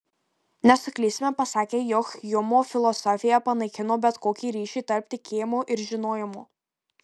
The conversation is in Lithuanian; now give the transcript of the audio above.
nesuklysime pasakę jog hjumo filosofija panaikino bet kokį ryšį tarp tikėjimo ir žinojimo